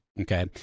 Okay